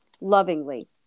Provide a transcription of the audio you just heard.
lovingly